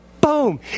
boom